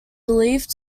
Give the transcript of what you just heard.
believed